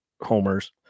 homers